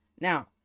Now